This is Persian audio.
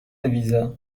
ویزا